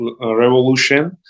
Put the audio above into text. Revolution